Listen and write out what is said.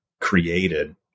created